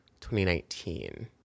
2019